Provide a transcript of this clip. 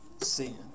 sin